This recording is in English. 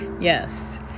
Yes